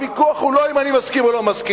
הוויכוח הוא לא אם אני מסכים או לא מסכים.